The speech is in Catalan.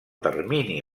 termini